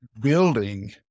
building